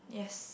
yes